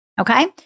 okay